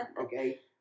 okay